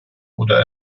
oder